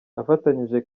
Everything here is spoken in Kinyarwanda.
afatanyije